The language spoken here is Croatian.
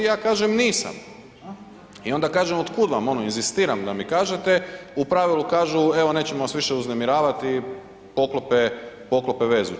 Ja kažem nisam i onda kažem otkuda vam, ono inzistiram da mi kažete, u pravilu kažu evo nećemo vas više uznemiravati i poklope vezu.